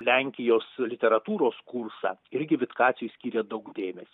lenkijos literatūros kursą irgi vitkaciui skyrė daug dėmesio